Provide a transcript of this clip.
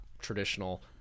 traditional